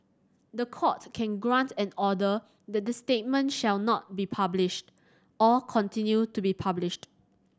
the Court can grant an order that the statement shall not be published or continue to be published